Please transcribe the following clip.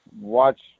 watch